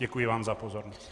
Děkuji vám za pozornost.